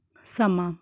ਸਮਾਂ